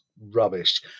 rubbish